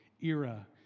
era